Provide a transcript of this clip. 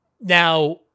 Now